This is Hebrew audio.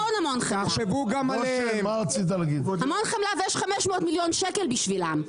יש לנו המון חמלה, ויש 500 מיליון ₪ בשבילם.